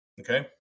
okay